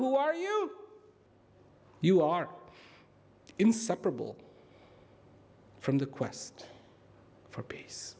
you you are inseparable from the quest for peace